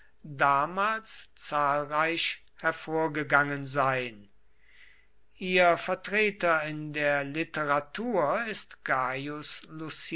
damals zahlreich hervorgegangen sein ihr vertreter in der literatur ist